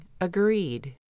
agreed